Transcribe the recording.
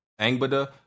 Angbada